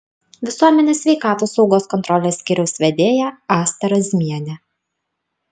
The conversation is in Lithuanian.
visuomenės sveikatos saugos kontrolės skyriaus vedėja asta razmienė